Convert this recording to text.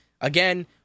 Again